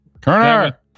Kerner